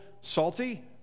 salty